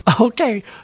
Okay